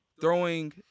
Throwing